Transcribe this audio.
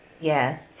Yes